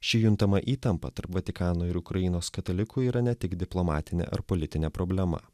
ši juntama įtampa tarp vatikano ir ukrainos katalikų yra ne tik diplomatinė ar politinė problema